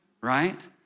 right